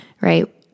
right